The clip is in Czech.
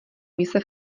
mise